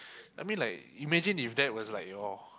I mean like imagine if that was like your